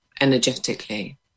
energetically